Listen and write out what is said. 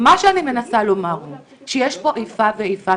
מה שאני מנסה לומר הוא שיש פה איפה ואיפה,